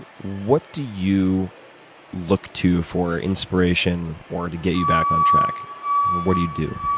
what do you look to for inspiration or to get you back on track? or what do you do?